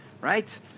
right